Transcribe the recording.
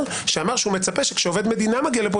שאמר שהוא מצפה שכשעובד מדינה מגיע לפה,